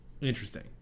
Interesting